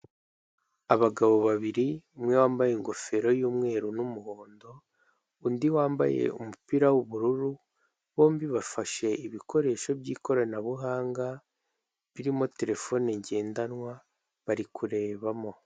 Abagabo babiri umwe wambaye ingofero yumweru n'umuhondo, undi wambaye umupira w'ubururu, bombi bafashe ibikoresho by'ikoranabuhanga birimo terefone ngendanwa, bari kurebamo.